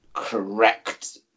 Correct